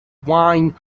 wine